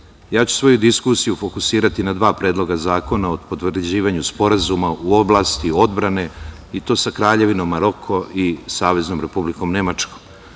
svoju diskusiju ću fokusirati na dva predloga zakona o potvrđivanju sporazuma u oblasti odbrane i to sa Kraljevinom Maroko i Saveznom Republikom Nemačkom